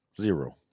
Zero